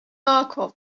markov